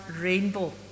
rainbow